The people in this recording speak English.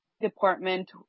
department